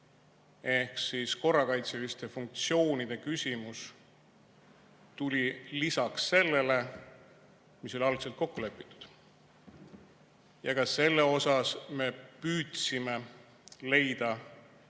Ehk siis korrakaitseliste funktsioonide küsimus tuli lisaks sellele, mis oli algselt kokku lepitud. Ja ka selles me püüdsime leida ühist